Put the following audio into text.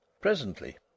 Presently